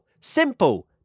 Simple